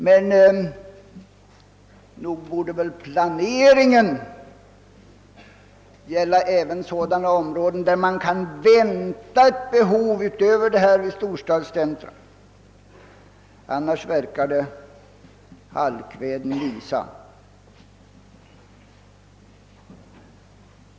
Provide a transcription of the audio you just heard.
Men nog borde väl planeringen gälla även sådana områden utöver storstadscentra där man kan vänta ett behov av bostäder. Annars verkar det halvkväden visa.